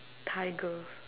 tiger